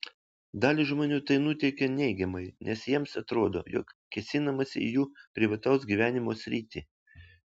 dalį žmonių tai nuteikia neigiamai nes jiems atrodo jog kėsinamasi į jų privataus gyvenimo sritį